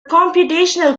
computational